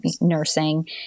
nursing